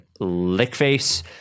Lickface